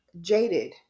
jaded